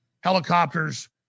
helicopters